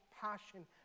passion